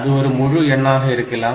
அது ஒரு முழு எண்ணாக இருக்கலாம்